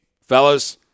fellas